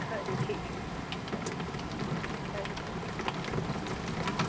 खरी ठीक ऐ खरी खरी खरी